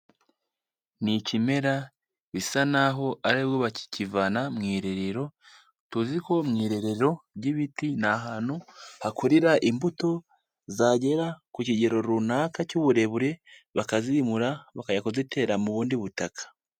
Ni ikimera bisa na ho ari bo bakikivana mu irerero, tuzi ko mu irerero ry'ibiti ni ahantu hakurira imbuto zagera ku kigero runaka cy'uburebure, bakazimura bakajya kuzitera mu bundi butaka.